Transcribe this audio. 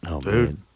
Dude